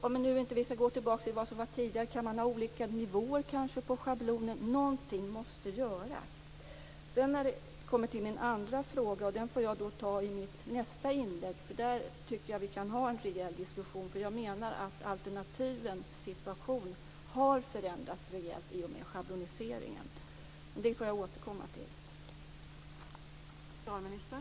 Om vi nu inte skall gå tillbaka till vad som var tidigare, kan man kanske ha olika nivåer på schablonen. Någonting måste göras. Sedan kommer vi till min andra fråga. Den kan jag ta i mitt nästa inlägg, för jag tycker att vi kan ha en rejäl diskussion om den. Jag menar att situationen för alternativen har förändrats rejält i och med schabloniseringen. Men det får jag återkomma till.